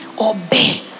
Obey